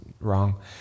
wrong